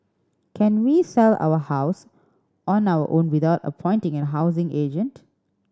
can we sell our house on our own without appointing a housing agent